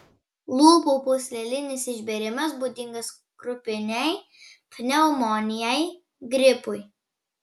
lūpų pūslelinis išbėrimas būdingas krupinei pneumonijai gripui